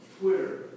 Twitter